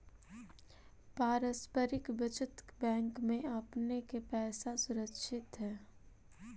पारस्परिक बचत बैंक में आपने के पैसा सुरक्षित हेअ